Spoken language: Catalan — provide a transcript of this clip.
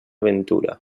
ventura